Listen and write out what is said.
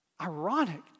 ironic